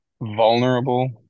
Vulnerable